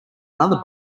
another